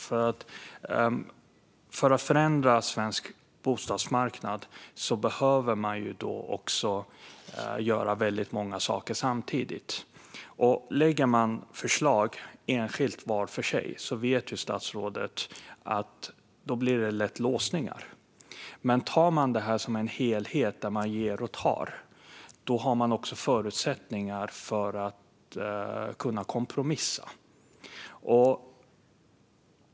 För att förändra svensk bostadsmarknad behöver man också göra väldigt många saker samtidigt, och lägger vi fram förslag vart och ett för sig vet ju statsrådet att det lätt blir låsningar. Men tar man detta som en helhet där man ger och tar har man också förutsättningar att kompromissa.